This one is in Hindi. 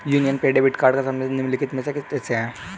यूनियन पे डेबिट कार्ड का संबंध निम्नलिखित में से किस देश से है?